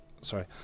Sorry